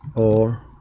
or